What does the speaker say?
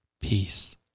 peace